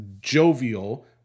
jovial